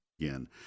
again